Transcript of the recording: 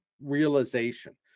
realization